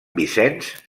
vicenç